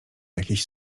jakiś